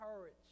courage